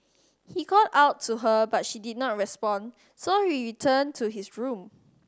he called out to her but she did not respond so he returned to his room